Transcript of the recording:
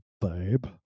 babe